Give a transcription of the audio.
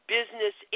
Business